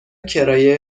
کرایه